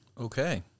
Okay